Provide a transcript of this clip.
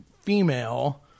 female